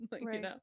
right